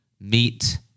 Meet